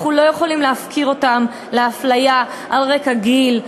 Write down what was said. אנחנו לא יכולים להפקיר אותם לאפליה על רקע גיל,